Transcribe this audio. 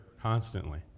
constantly